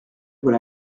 voit